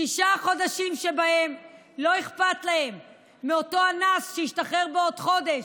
שישה חודשים שבהם לא אכפת להם מאותו אנס שישתחרר בעוד חודש,